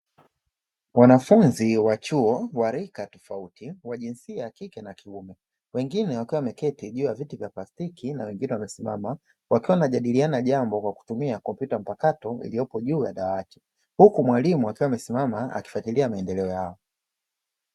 Wanafunzi wa chuo wa rika tofauti, wa jinsia ya kike na kiume, wengine wakiwa wameketi juu ya viti vya plastiki na wengine wamesimama wakiwa wanajadiliana jambo, kwa kutumia kompyuta mpakato iliyopo juu ya dawati. Huku mwalimu akiwa amesimama akifuatilia maendeleo yao.